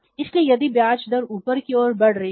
इसलिए यदि ब्याज दर ऊपर की ओर बढ़ रही है